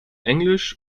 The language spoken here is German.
englisch